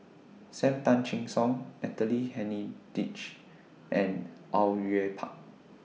SAM Tan Chin Siong Natalie Hennedige and Au Yue Pak